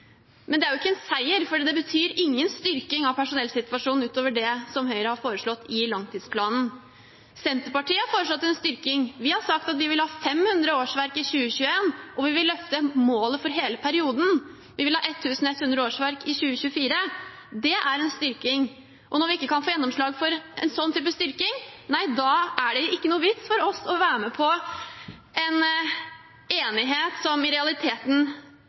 er jo ikke en seier, for det betyr ingen styrking av personellsituasjonen utover det som Høyre har foreslått i langtidsplanen. Senterpartiet har foreslått en styrking, vi har sagt at vi vil ha 500 årsverk i 2021, og vi vil løfte målet for hele perioden. Vi vil ha 1 100 årsverk i 2024. Det er en styrking. Og når vi ikke kan få gjennomslag for en sånn type styrking, er det ikke noen vits for oss å være med på en enighet som i realiteten